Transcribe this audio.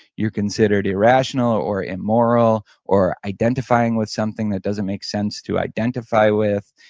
you're considered irrational, or immoral, or identifying with something that doesn't make sense to identify with.